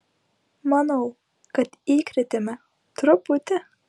manau kad įkrėtėme truputį